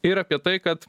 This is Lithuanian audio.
ir apie tai kad